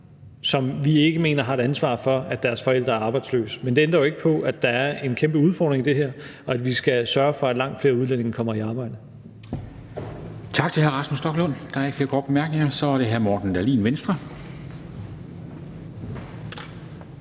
som vi ikke mener har et ansvar for at deres forældre er arbejdsløse. Men det ændrer jo ikke på, at der er en kæmpe udfordring i det her, og at vi skal sørge for, at langt flere udlændinge kommer i arbejde.